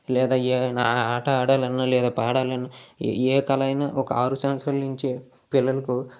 లేదా ఏ ఆట ఆడాలన్నా లేదా పాడాలన్నా ఏ కళ అయినా ఒక ఆరు సంవత్సరాల నుంచి పిల్లలకు